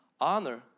Honor